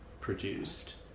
produced